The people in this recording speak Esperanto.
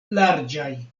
larĝaj